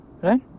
Right